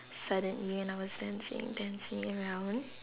suddenly when I was dancing dancing around